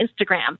Instagram